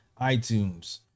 iTunes